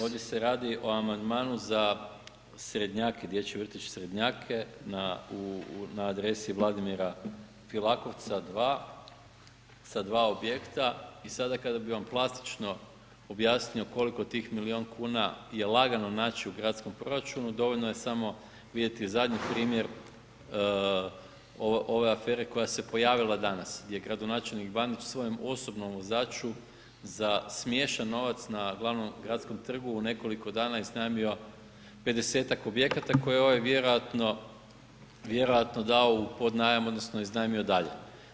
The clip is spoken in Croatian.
Ovdje se radi o amandman za Srednjake, Dječji vrtić Srednjake na adresi Vladimira Filakovca 2 sa dva objekta i sada kada bi vam plastično objasnio koliko tih milijun kuna je lagano naći u gradskom proračunu, dovoljno je samo vidjeti zadnji primjer ove afere koja se pojavila danas, gdje gradonačelnik Bandić svojem osobnom vozaču za smiješan novac na glavnom gradskom trgu u nekoliko dana iznajmio 50-tak objekata koje ovaj vjerojatno dao u podnajam, odnosno iznajmio dalje.